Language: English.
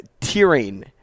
tearing